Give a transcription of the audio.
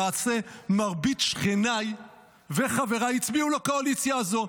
למעשה מרבית שכניי וחבריי הצביעו לקואליציה הזאת,